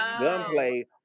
gunplay